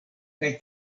kaj